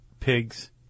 pigs